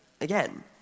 again